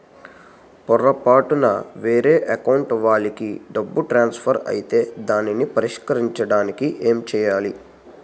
పొరపాటున వేరే అకౌంట్ వాలికి డబ్బు ట్రాన్సఫర్ ఐతే దానిని పరిష్కరించడానికి ఏంటి చేయాలి?